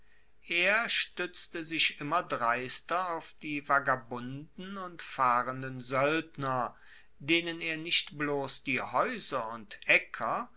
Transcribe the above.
er stuetzte sich immer dreister auf die vagabunden und fahrenden soeldner denen er nicht bloss die haeuser und aecker